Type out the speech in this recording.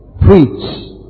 Preach